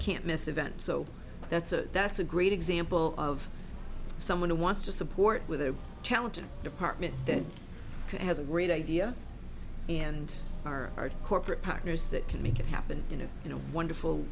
can't miss event so that's a that's a great example of someone who wants to support with a talented department that has a great idea and our corporate partners that can make it happen you know you know wonderful